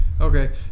okay